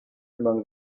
among